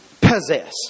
possess